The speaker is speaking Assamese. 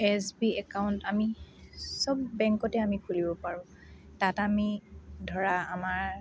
এছ বি একাউন্ট আমি চব বেংকতে আমি খুলিব পাৰোঁ তাত আমি ধৰা আমাৰ